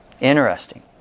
interesting